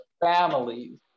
families